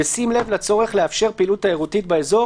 בשים לב לצורך לאפשר פעילות תיירותית באזור,